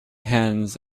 hens